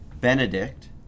benedict